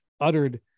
uttered